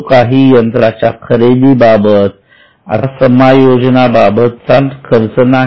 तो काही यंत्राच्या खरेदीबाबत अथवा समायोजना बाबतचा खर्च नाही